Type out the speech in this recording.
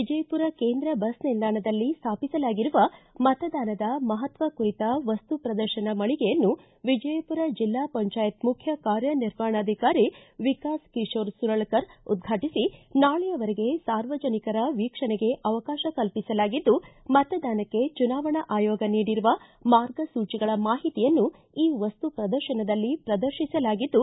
ವಿಜಯಪುರ ಕೇಂದ್ರ ಬಸ್ ನಿಲ್ದಾಣದಲ್ಲಿ ಸ್ಥಾಪಿಸಲಾಗಿರುವ ಮತದಾನದ ಮಹತ್ವ ಕುರಿತ ವಸ್ತು ಪ್ರದರ್ಶನ ಮಳಿಗೆಯನ್ನು ವಿಜಯಪುರ ಬೆಲ್ಲಾ ಪಂಚಾಯತ್ ಮುಖ್ಯೆ ಕಾರ್ಯನಿರ್ವಹಣಾಧಿಕಾರಿ ವಿಕಾಸ ಕಿಶೋರ ಸುರಳಕರ ಉದ್ಘಾಟಿಸಿ ನಾಳೆಯವರೆಗೆ ಸಾರ್ವಜನಿಕರ ವೀಕ್ಷಣೆಗೆ ಅವಕಾಶ ಕಲ್ಲಿಸಲಾಗಿದ್ದು ಮತದಾನಕ್ಕೆ ಚುನಾವಣಾ ಆಯೋಗ ನೀಡಿರುವ ಮಾರ್ಗಸೂಚಿಗಳ ಮಾಹಿತಿಯನ್ನು ಈ ವಸ್ತು ಪ್ರದರ್ಶನದಲ್ಲಿ ಪ್ರದರ್ಶನಲಾಗಿದ್ದು